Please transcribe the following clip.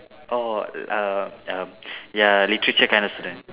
oh uh err ya literature kind of student